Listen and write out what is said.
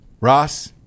Ross